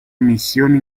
emissioni